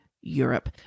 Europe